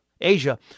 Asia